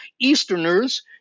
Easterners